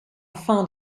found